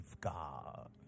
God